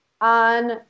on